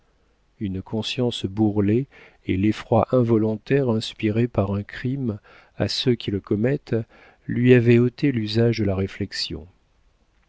une conscience bourrelée et l'effroi involontaire inspiré par un crime à ceux qui le commettent lui avaient ôté l'usage de la réflexion